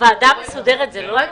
בוועדה המסדרת זה לא היה?